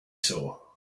saw